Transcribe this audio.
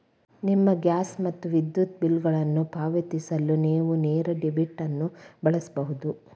ನಿಮ್ಮ ಗ್ಯಾಸ್ ಮತ್ತು ವಿದ್ಯುತ್ ಬಿಲ್ಗಳನ್ನು ಪಾವತಿಸಲು ನೇವು ನೇರ ಡೆಬಿಟ್ ಅನ್ನು ಬಳಸಬಹುದು